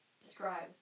describe